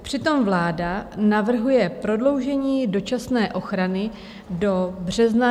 Přitom vláda navrhuje prodloužení dočasné ochrany do března 2023.